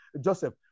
Joseph